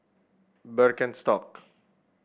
birkenstock